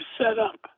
setup